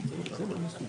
עמדתו.